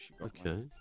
Okay